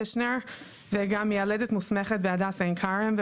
וגם מיילדת מוסמכת בהדסה עין כרם,